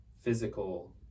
physical